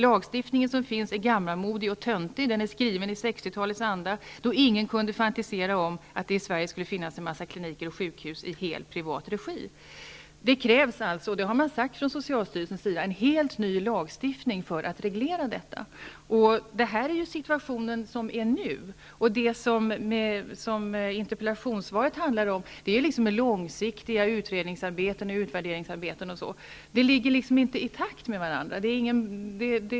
Lagstiftningen som finns är gammalmodig och töntig -- den är skriven i 60-talets anda, då ingen kunde fantisera om att det i Sverige skulle finnas en massa kliniker och sjukhus i helt privat regi. Det krävs alltså -- det har man sagt från socialstyrelsens sida -- en helt ny lagstiftning för att reglera detta. Det här är den situation som råder nu. Det som interpellationssvaret handlar om är långsiktiga utredningsarbeten och utvärderingsarbeten.